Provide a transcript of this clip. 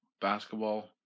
basketball